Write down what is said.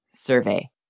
survey